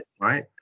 right